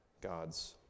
God's